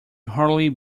hardly